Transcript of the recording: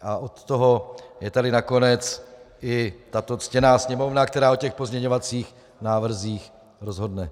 A od toho je tady nakonec i tato ctěná Sněmovna, která o pozměňovacích návrzích rozhodne.